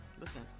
listen